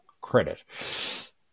credit